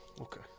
okay